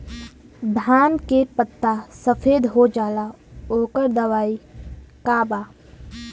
धान के पत्ता सफेद हो जाला ओकर दवाई का बा?